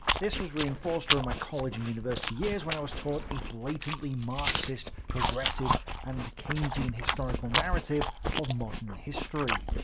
this was reinforced during my college and university years, when i was taught a blatantly marxist, progressive and keynesian historical narrative of modern history.